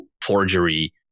forgery